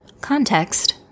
Context